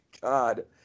God